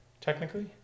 technically